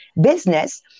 business